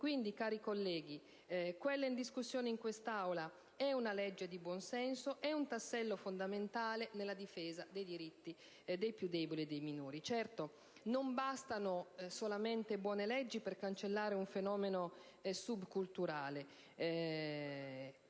organi. Cari colleghi, quella in discussione oggi in Aula è una legge di buon senso ed è un tassello fondamentale nella difesa dei diritti dei più deboli e dei minori. Certo, non bastano solamente buone leggi per cancellare un fenomeno subculturale;